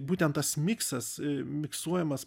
būtent tas miksas miksuojamas